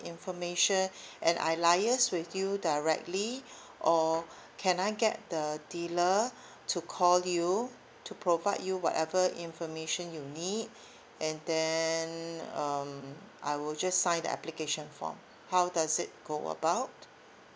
information and I liaise with you directly or can I get the dealer to call you to provide you whatever information you need and then um I will just sign the application form how does it go about